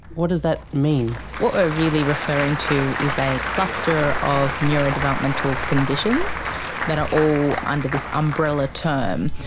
what does that mean? what we're really referring to is a cluster of neurodevelopmental conditions that are all under this umbrella term.